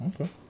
Okay